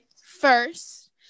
first